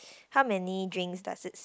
how many drinks does it